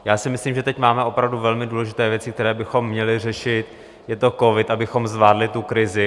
Já si myslím, že teď máme opravdu velmi důležité věci, které bychom měli řešit je to covid, abychom zvládli tu krizi.